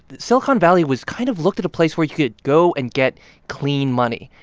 silicon valley was kind of looked at a place where you could go and get clean money,